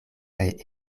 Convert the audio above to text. kaj